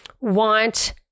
want